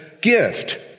Gift